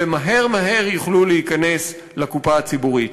ומהר מהר יוכלו להיכנס לקופה הציבורית.